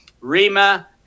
Rima